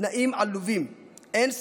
התנאים עלובים, אין ספק,